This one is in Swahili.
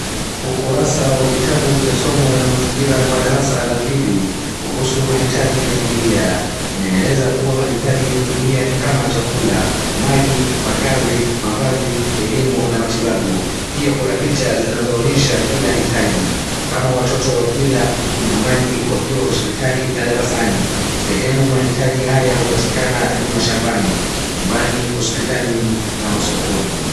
Ukurusa wa kitabu cha somo la mazingira kwa darasa la pili kuhusu mahitaji ya familia, inaeleza kuwa mahitaji ya familia ni kama chakula, maji, makaazi, mavazi, elimu na matibabu. Pia kuna picha zinazoonyesha la kila hitaji, kama watoto wakila, kunywa maji, wakiwa hospitali na darasani. Sehemu mahitaji haya hupatikana ni mashambani, nyumbani, hospitalini na masokoni.